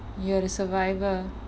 you are the survivor